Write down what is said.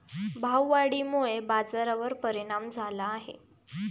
भाववाढीमुळे बाजारावर परिणाम झाला आहे